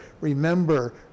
remember